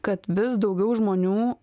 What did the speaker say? kad vis daugiau žmonių